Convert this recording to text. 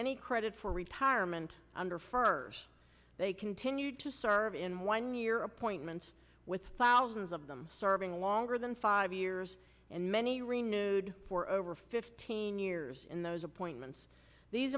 any credit for retirement under first they continued to serve in one year appointments with thousands of them serving longer than five years and many renewed for over fifteen years in those appointments these